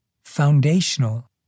foundational